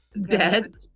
dead